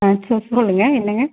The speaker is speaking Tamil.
ஆ சார் சொல்லுங்கள் என்னங்க